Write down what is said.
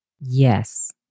Yes